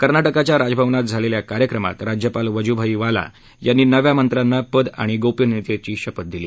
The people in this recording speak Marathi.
कर्नाटकाच्या राजभवनात झालेल्या कार्यक्रमात राज्यपाल वजूभाई वाला यांनी नव्या मंत्र्यांना पद आणि गोपनियतेची शपथ दिली